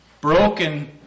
broken